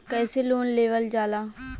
कैसे लोन लेवल जाला?